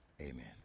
Amen